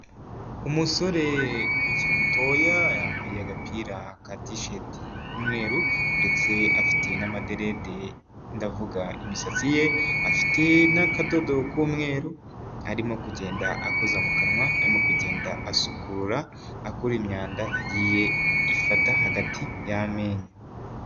Umusore ukiri mutoya, yambaye agapira katisheti k'umweru ndetse afite n'amaderede ndavuga imisatsi ye, afite n'akadodo k'umweru, arimo kugenda akoza mu kanwa, arimo kugenda asukura, akura imyanda yagiye ifata hagati y'amenyo.